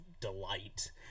delight